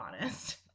honest